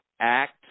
act